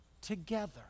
together